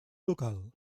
local